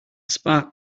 spark